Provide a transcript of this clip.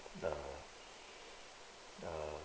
err err